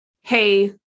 Hey